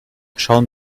schauen